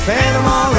Panama